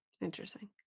Interesting